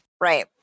Right